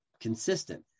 consistent